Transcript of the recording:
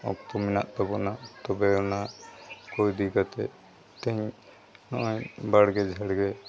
ᱚᱠᱛᱚ ᱢᱮᱱᱟᱜ ᱛᱟᱵᱚᱱᱟ ᱛᱚᱵᱮᱭᱟᱱᱟᱜ ᱠᱚᱭᱫᱤ ᱠᱟᱛᱮᱫ ᱛᱮᱦᱮᱧ ᱱᱚᱜᱼᱚᱭ ᱵᱟᱲᱜᱮ ᱡᱷᱲᱜᱮ